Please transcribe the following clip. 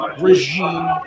regime